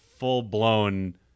full-blown